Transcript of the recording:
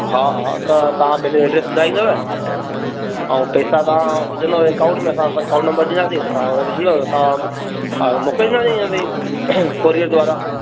हा हा त तां पेंजो एड्रेस ॿुधाईंदव अऊं पेसा तां विझंदव एकाऊंट में असां एकाऊंट नंबर ॾींदासि त तां उन में विझंदव असां मोकिलींदासि इन ते कोरियर द्वारा